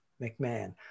McMahon